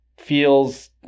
feels